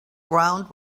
ground